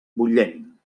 bullent